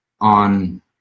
on